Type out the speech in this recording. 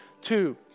Two